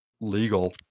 legal